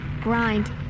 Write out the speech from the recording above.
Grind